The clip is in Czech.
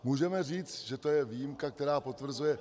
Můžeme říct, že to je výjimka, která potvrzuje...